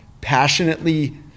passionately